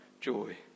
joy